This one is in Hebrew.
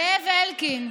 זאב אלקין.